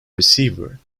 receiver